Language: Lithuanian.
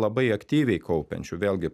labai aktyviai kaupiančių vėlgi